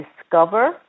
discover